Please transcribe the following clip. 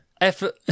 effort